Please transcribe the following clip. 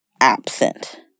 absent